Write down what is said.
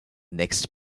next